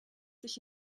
sich